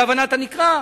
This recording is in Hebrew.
בהבנת הנקרא.